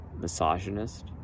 misogynist